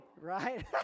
right